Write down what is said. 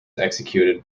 executed